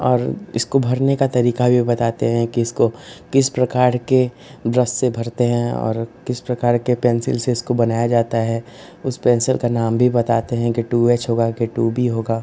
और इसको भरने का तरीका भी बताते हैं कि इसको किस प्रकार के ब्रश से भरते हैं और किस प्रकार की पेन्सिल से इसको बनाया जाता है उस पेन्सिल का नाम भी बताते हैं कि टू एच होगा कि टू बी होगा